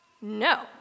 No